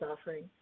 offering